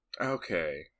Okay